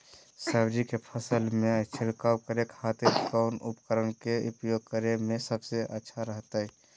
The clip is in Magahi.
सब्जी के फसल में छिड़काव करे के खातिर कौन उपकरण के उपयोग करें में सबसे अच्छा रहतय?